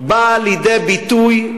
באה לידי ביטוי,